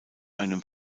einem